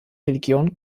religion